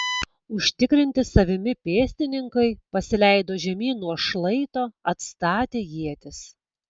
užtikrinti savimi pėstininkai pasileido žemyn nuo šlaito atstatę ietis